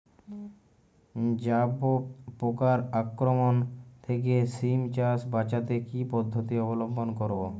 জাব পোকার আক্রমণ থেকে সিম চাষ বাচাতে কি পদ্ধতি অবলম্বন করব?